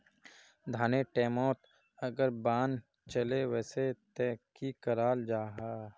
धानेर टैमोत अगर बान चले वसे ते की कराल जहा?